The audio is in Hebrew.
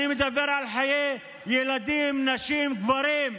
אני מדבר על חיי ילדים, נשים, גברים,